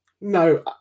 no